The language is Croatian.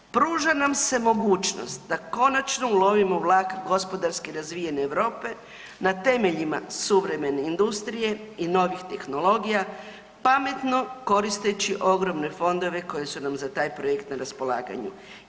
Pruža nam se mogućnost da konačno ulovimo vlak gospodarski razvijene Europe na temeljima suvremene industrije i novih tehnologija pametno koristeći ogromne fondove koje su nam za taj projekt na raspolaganju.